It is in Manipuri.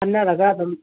ꯈꯟꯅꯔꯕ ꯑꯗꯨꯝ